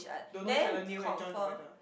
don't know each other new and join together